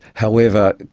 however,